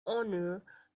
honour